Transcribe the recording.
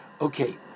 Okay